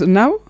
now